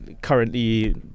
currently